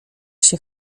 się